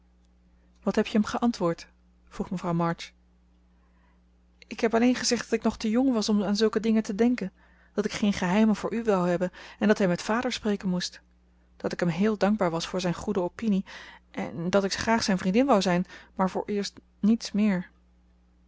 wat heb je hem geantwoord vroeg mevrouw march ik heb alleen gezegd dat ik nog te jong was om aan zulke dingen te denken dat ik geen geheimen voor u wou hebben en dat hij met vader spreken moest dat ik hem heel dankbaar was voor zijn goede opinie en dat ik graag zijn vriendin wou zijn maar vooreerst niets meer